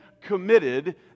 committed